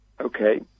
Okay